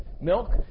milk